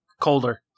colder